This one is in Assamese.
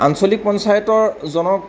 আঞ্চলিক পঞ্চায়তৰ জনক